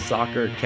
Soccer